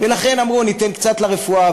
ולכן אמרו: ניתן קצת לרפואה,